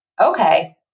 okay